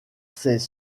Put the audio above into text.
ces